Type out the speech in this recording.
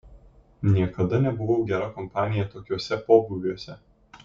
niekada nebuvau gera kompanija tokiuose pobūviuose